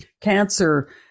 cancer